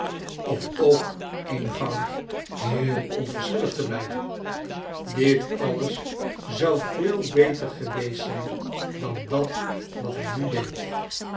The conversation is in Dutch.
of ook eenvoudig heel onverschillig te blijven dit alles zou veel beter geweest zijn dan dat wat hij nu deed